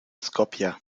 skopje